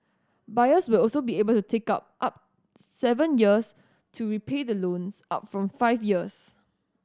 buyers will also be able to take up up seven years to repay the loans up from five years